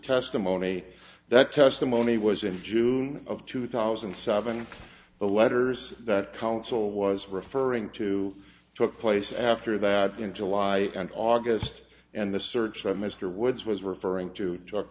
testimony that testimony was in june of two thousand and seven the letters that counsel was referring to took place after that in july and august and the search on mr woods was referring to